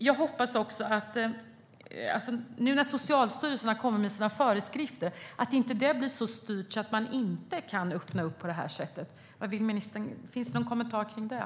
Jag hoppas också att det inte blir så styrt att man inte kan öppna upp på det här sättet när nu Socialstyrelsen har kommit med sina föreskrifter. Har ministern någon kommentar till det?